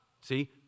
See